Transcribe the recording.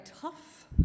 tough